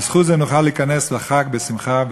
בזכות זה נוכל להיכנס לחג בשמחה,